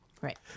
Right